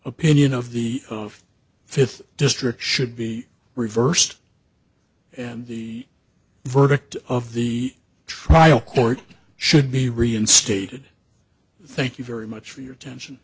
opinion of the of fifth district should be reversed and the verdict of the trial court should be reinstated thank you very much for your tension